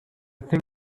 think